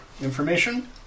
information